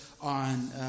on